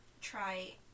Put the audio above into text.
try